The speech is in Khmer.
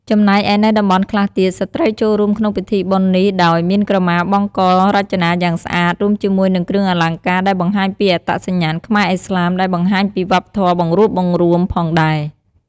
ចំណែកឯនៅតំបន់ខ្លះទៀត ស្ត្រីចូលរួមក្នុងពិធីបុណ្យនេះដោយ មានក្រម៉ាបង់ករចនាយ៉ាងស្អាត រួមជាមួយនឹងគ្រឿងអលង្ការដែលបង្ហាញពីអត្តសញ្ញាណខ្មែរឥស្លាម ដែលបង្ហាញពីវប្បធម៌បង្រួបបង្រួមផងដែរ។។